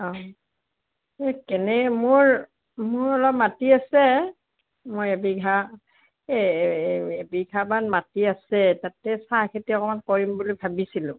অঁ এই কেনে মোৰ মোৰ অলপ মাটি আছে মই এবিঘা এবিঘামান মাটি আছে তাতে চাহখেতি অকণমান কৰিম বুলি ভাবিছিলোঁ